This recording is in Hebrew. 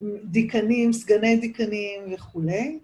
דיקנים, סגני דיקנים וכולי.